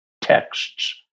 Texts